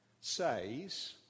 says